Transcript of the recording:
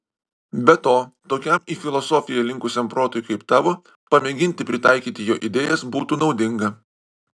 be to tokiam į filosofiją linkusiam protui kaip tavo pamėginti pritaikyti jo idėjas būtų naudinga